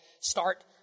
start